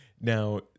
Now